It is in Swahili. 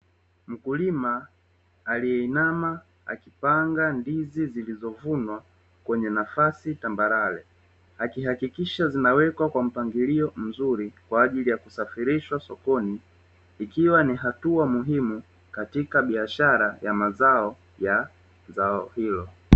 Mkulima aliyeinama akipanga ndizi zilizovunwa kwenye nafasi tambarare, akihakikisha zinawekwa kwa mpangilio mzuri kwa ajili ya kusafirishwa sokoni, ikiwa ni hatua muhimu katika biashara ya mazao ya zao hilo.